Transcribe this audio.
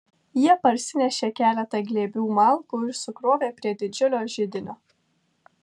jie parsinešė keletą glėbių malkų ir sukrovė prie didžiulio židinio